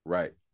Right